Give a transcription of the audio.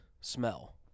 smell